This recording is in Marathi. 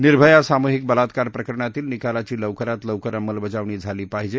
निर्भया सामूहिक बलात्कार प्रकरणातील निकालाची लवकरात लवकर अंमलबजावणी झाली पाहिजे